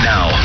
Now